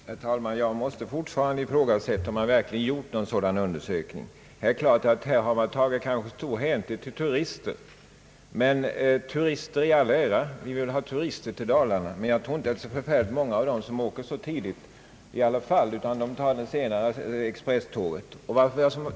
Herr talman! Jag måste fortfarande ifrågasätta om man verkligen har gjort en sådan undersökning. Man har kanske här tagit stor hänsyn till turister, och turister i all ära — vi vill ha turister till Dalarna — men det är inte många av dem som åker så tidigt, utan de åker med senare expresståg.